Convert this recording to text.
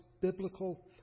biblical